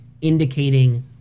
indicating